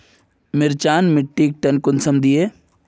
मिर्चान मिट्टीक टन कुंसम दिए?